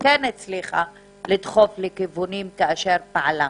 כן הצליחה לדחוף לכיוונים כאשר פעלה.